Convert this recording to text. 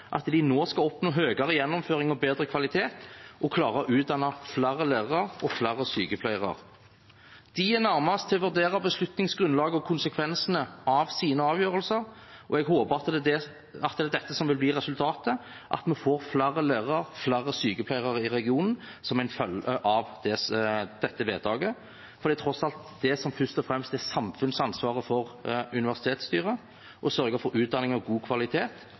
at de nå skal oppnå høyere gjennomføring og bedre kvalitet og klare å utdanne flere lærere og flere sykepleiere. De er nærmest til å vurdere beslutningsgrunnlaget og konsekvensene av sine avgjørelser, og jeg håper at det er dette som vil bli resultatet: at vi får flere lærere og flere sykepleiere i regionen som en følge av dette vedtaket. Det som tross alt først og fremst er samfunnsansvaret for universitetsstyrer, er å sørge for utdanning av god kvalitet